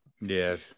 Yes